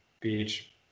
beach